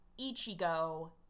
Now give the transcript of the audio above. ichigo